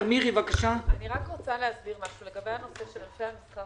אני רוצה להסביר משהו לגבי ענפי המסחר